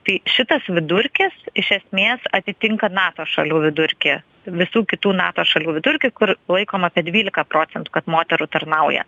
tai šitas vidurkis iš esmės atitinka nato šalių vidurkį visų kitų nato šalių vidurkį kur laikoma apie dvylika procentų kad moterų tarnauja